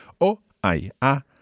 O-I-A